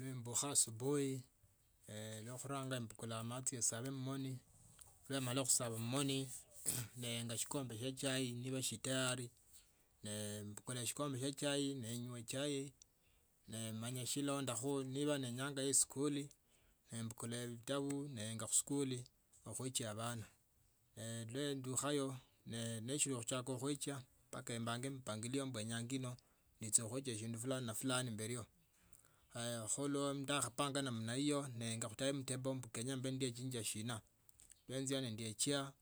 Nimbukha asubuhi liakhuranga embukula amachi esabe mmoni nimale khusaba mmoni neenga shikombe shia chai kali shili tayari nembukula shikombe shya chai nenywa chai nemanya shilondakho niba ninyanga ya eskuli nembukila vitabu nenja khuskuli ekhuiekya abana nendakhapa neshili khuchaka khuekya mpaka embange mikakati mbu enyanga ino nichakhuekya shindu fulani ne fulani mbelio kho ndakhaoanga namna nemenga kha timetable mbu kenya mbe nimbekya china nenjia nendekia